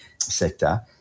sector